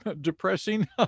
Depressing